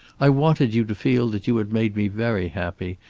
i wanted you to feel that you had made me very happy,